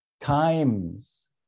times